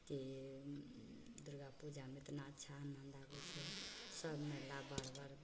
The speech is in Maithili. कि दुर्गा पूजामे इतना अच्छा आनन्द आबै छै सभ मेला बार बार